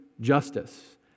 justice